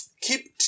keep